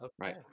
Right